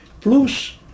Plus